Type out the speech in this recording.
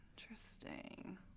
Interesting